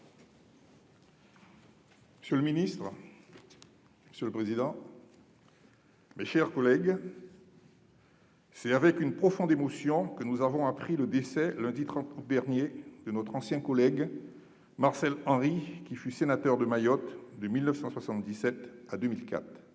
notre règlement. Monsieur le ministre, mes chers collègues, c'est avec une profonde émotion que nous avons appris le décès, le lundi 30 août dernier, de notre ancien collègue Marcel Henry, qui fut sénateur de Mayotte de 1977 à 2004.